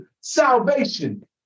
salvation